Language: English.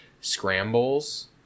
scrambles